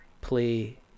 play